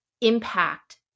impact